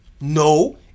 No